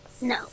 No